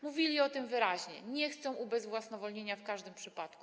Mówili o tym wyraźnie: nie chcą ubezwłasnowolnienia w każdym przypadku.